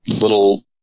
little